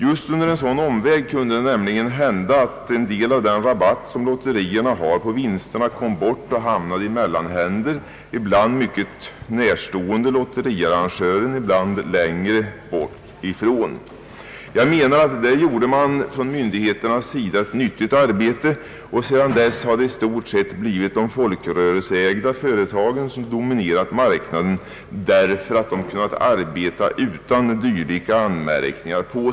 Just under en sådan omväg kunde det nämligen hända att en del av den rabatt som lotterierna har på vinsterna kom bort och hamnade i mellanhänder, ibland mycket närstående lotteriarrangören, ibland längre ifrån. Jag menar, att myndigheterna i detta fall gjort ett nyttigt arbete. Sedan dess har det i stort sett blivit de folkrörelseägda företagen som dominerat marknaden, därför att de kunnat arbeta utan att ha fått några dylika anmärkningar.